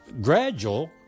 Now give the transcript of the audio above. gradual